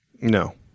No